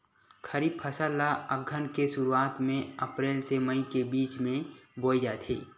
खरीफ फसल ला अघ्घन के शुरुआत में, अप्रेल से मई के बिच में बोए जाथे